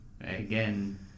Again